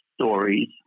stories